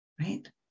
Right